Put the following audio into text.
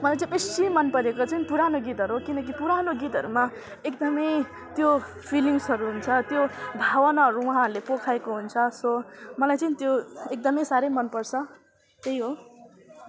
मलाई चाहिँ बेसी मन परेको चाहिँ पुरानो गीतहरू किनकि पुरानो गीतहरूमा एकदमै त्यो फिलिङ्सहरू हुन्छ त्यो भावनाहरू उहाँहरूले पोखाएको हुन्छ सो मलाई चाहिँ त्यो एकदमै साह्रै मन पर्छ त्यही हो